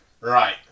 Right